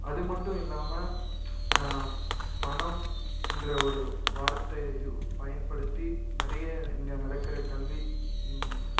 அது மட்டும் இல்லாமல் பணம் என்ற ஒரு வார்த்தையை பயன்படுத்தி நிறைய இங்கே நடக்கிற கல்வி